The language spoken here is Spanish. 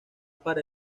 para